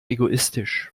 egoistisch